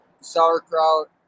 sauerkraut